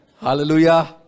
Hallelujah